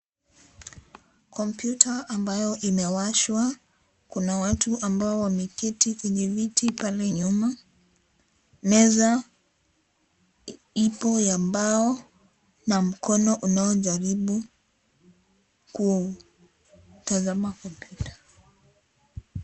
Kompyuta ambayo imewashwa. Kuna watu ambao wameketi kwenye viti pale nyuma. Meza ipo ya mbao na mkono unaojaribu kutazama kompyuta.